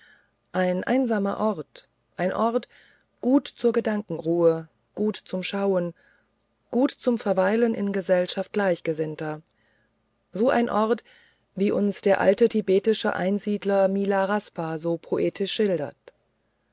ein einsamer ort ein ort gut zur gedenkenruhe gut zum schauen gut zum verweilen in gesellschaft gleichgesinnter so ein ort wie uns der alte tibetische einsiedler milaraspa so poetisch schildert